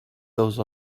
those